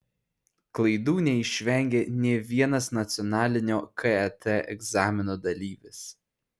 klaidų neišvengė nė vienas nacionalinio ket egzamino dalyvis